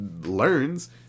learns